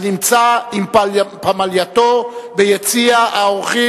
הנמצא עם פמלייתו ביציע האורחים.